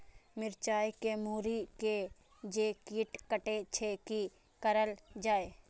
मिरचाय के मुरी के जे कीट कटे छे की करल जाय?